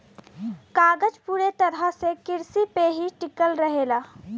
कागज पूरा तरह से किरसी पे ही टिकल रहेला